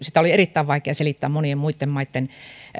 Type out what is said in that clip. sitä oli erittäin vaikea selittää monien muitten maitten